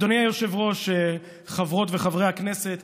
אדוני היושב-ראש, חברות וחברי הכנסת,